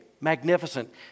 magnificent